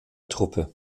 truppe